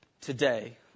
today